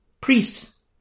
priests